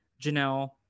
Janelle